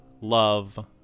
love